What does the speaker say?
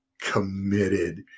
committed